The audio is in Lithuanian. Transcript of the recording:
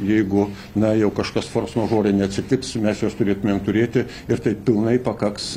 jeigu na jau kažkas fors mažore neatsitiks mes juos turėtumėm turėti ir taip pilnai pakaks